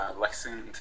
Lexington